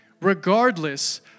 Regardless